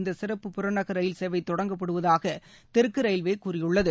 இந்த சிறப்பு புறநகர் ரயில் சேவை தொடங்கப்படுவதாக தெற்கு ரயில்வே கூறியுள்ளது